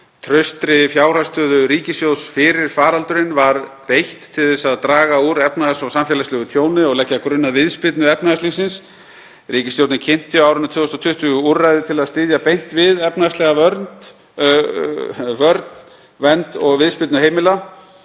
Traustri fjárhagsstöðu ríkissjóðs fyrir faraldurinn var beitt til þess að draga úr efnahags- og samfélagslegu tjóni og leggja grunn að viðspyrnu efnahagslífsins. Ríkisstjórnin kynnti á árinu 2020 úrræði til að styðja beint við efnahagslega vörn, vernd og viðspyrnu heimila